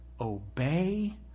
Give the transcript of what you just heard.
obey